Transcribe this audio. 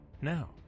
Now